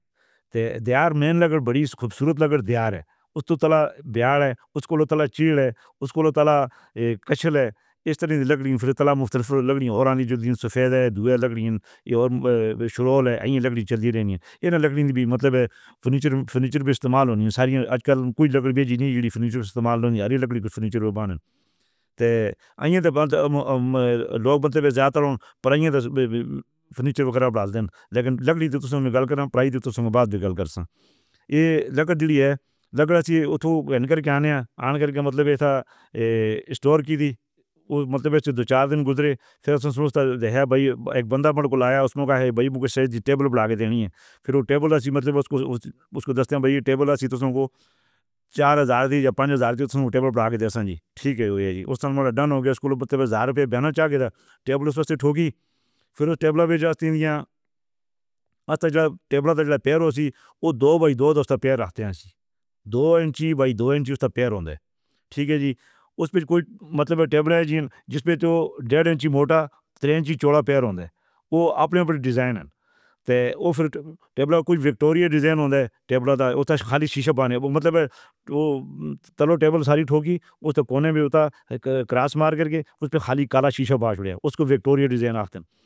تیہ دیار مین لکڑی، وڈی خوبصورت لکڑی، دیار ہے۔ اُس دے تلے بیاڑ ہے، اُس کول تلے چیل ہے، اُس کول تلے اک کچھل ہے، ایس طرح دیاں لکڑیاں توں تلے مختلف لکڑیاں تے جو سفید ہے، دوئے لکڑی ہے تے غیر شفاف ہے تے اِیہی لکڑی چلدی پئی ہے۔ ایہناں لکڑیاں دا مطلب فرنیچر، فرنیچر وی استعمال ہووے، سارا۔ اج کل کوئی لکڑی ویچی نہیں۔ فرنیچر استعمال ہری لکڑی توں کجھ فرنیچر بݨدا ہے۔ تے اندر لوک تے زیادہ پرت۔ فرنیچر بکھرا ڈال دیندے نیں۔ پر لکڑی تاں اوس وچ گالی کر رہی ہے۔ قیمت تاں اوس وچ بات وی کر لو۔ ایہہ لکڑی ہے۔ لکڑ اتھوں کر کے آنیاں کر کے۔ مطلب ایہہ سی اسٹور دی سی اوہ مطلب دو چار دن گزرے فیر سے ہے۔ اک بندہ بانڈ دے لایا اوس وچ کا ہے بھائی کتاب سائز میز لگا دینی ہے۔ فیر اوہ میز ایسی مطلب اونوں اونوں دس۔ بھائی میز ایسی تاں اونوں چار ہزار یا پنج ہزار میز لگا دے سنجی۔ ٹھیک ہے جی اُس نے آکھا ڈن ہو گیا اونوں لوک آکھے ہزار روپے بنا چھے دے میز سیٹ ہوویگی۔ فیر میز تے چیزیں آندے۔ میز دے پیراں توں دو بائے دو دو پیر رکھدے نیں۔ دو انچ بائے دو انچ پیر ہوندے نیں۔ ٹھیک ہے جی، اوس وچ کوئی مطلب؟ میز جس تے ڈیڑھ انچ موٹا، تن انچ چوڑا پیر ہوندے نیں، اوہ اپݨے اُتے ڈیزائن نیں تاں فیر میز دا کجھ وکٹورین ڈیزائن ہوندا ہے۔ میز دا خالی شیشہ بانیاں مطلب اوہ تلے میز ساری ٹھیک اوس کونے وچ اٹھا کراس مار کر کے۔ اوس تے خالی کالا شیشہ باندھ رکھا ہے۔ اونوں وکٹورین ڈیزائن آکھدے نیں۔